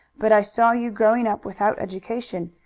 but i saw you growing up without education,